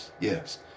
yes